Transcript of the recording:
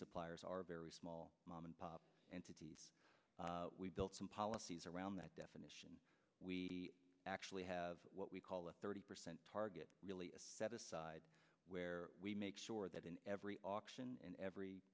suppliers are very small mom and pop entities we've built some policies around that definition we actually have what we call the thirty percent target really set aside where we make sure that in every auction in every